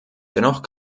dennoch